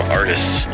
artists